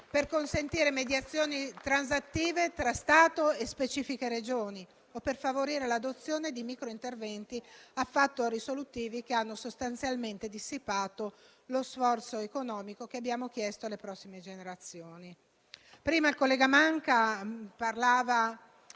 per consentire mediazioni transattive tra Stato e specifiche Regioni o per favorire l'adozione di micro interventi affatto risolutivi che hanno sostanzialmente dissipato lo sforzo economico che abbiamo chiesto alle prossime generazioni. (*Applausi*). Prima il collega Manca parlava